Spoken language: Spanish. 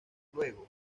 luego